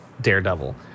daredevil